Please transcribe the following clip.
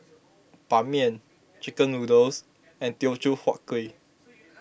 Ban Mian Chicken Noodles and Teochew Huat Kueh